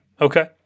okay